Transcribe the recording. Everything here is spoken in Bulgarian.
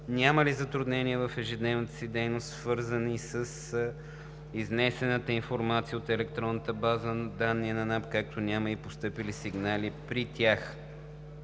имали затруднения в ежедневната си дейност, свързани с изтеклата информация от електронната база данни на НАП, както няма и постъпили сигнали при тях.